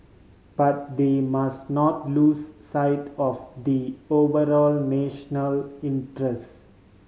but they must not lose sight of the overall national interest